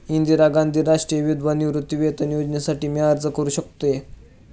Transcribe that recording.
इंदिरा गांधी राष्ट्रीय विधवा निवृत्तीवेतन योजनेसाठी मी अर्ज करू शकतो?